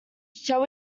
shall